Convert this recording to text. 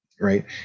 right